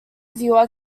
viewer